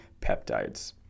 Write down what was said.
peptides